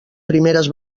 primeres